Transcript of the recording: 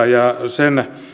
ja niihin